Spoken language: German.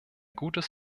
gutes